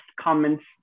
comments